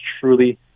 truly